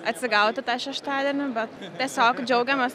atsigauti tą šeštadienį bet tiesiog džiaugiamės